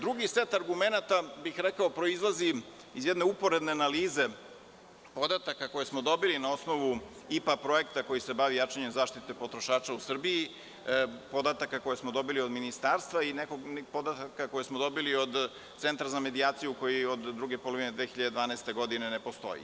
Drugi set argumenata, rekao bih, proizilazi iz jedne uporedne analize podataka koje smo dobili na osnovu IPA projekta koji se bavi jačanjem zaštite potrošača u Srbiji, podataka koje smo dobili od Ministarstva i nekih podataka koje smo dobili od Centra za medijaciju, koji od druge polovine 2012. godine ne postoji.